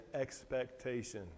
expectation